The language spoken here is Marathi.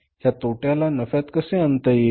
ह्या तोट्याला नफ्यात कसे आणता येयील